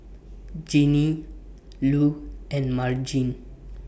Ginny Lu and Margene